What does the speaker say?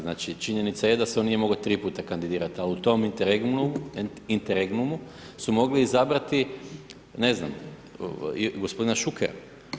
Znači, činjenica je da se on nije mogao tri puta kandidirat, a u tom interregnumu su mogli izabrati, ne znam, gospodina Šukera.